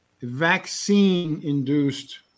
vaccine-induced